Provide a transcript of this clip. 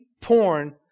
porn